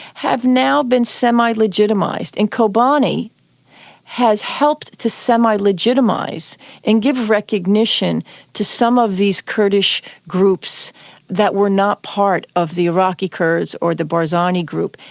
have now been semi-legitimised, and kobane has helped to semi-legitimise and give recognition to some of these kurdish groups that were not part of the iraqi kurds or the barzani group.